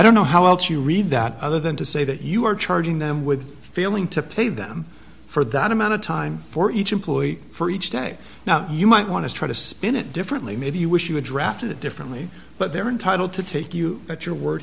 don't know how else you read that other than to say that you are charging them with feeling to pay them for that amount of time for each employee for each day now you might want to try to spin it differently maybe you wish you were drafted differently but they're entitled to take you at your word